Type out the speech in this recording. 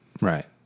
Right